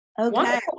Okay